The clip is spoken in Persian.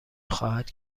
خواهد